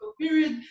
period